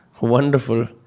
wonderful